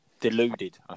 Deluded